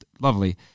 lovely